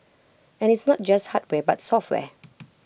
and it's not just hardware but software